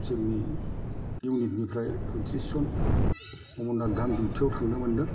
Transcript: जोंनि इउनिथनिफ्राय फयथ्रिस जन अमरनाथ धाम दिउथियाव थांनो मोनदों